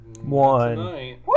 One